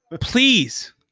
please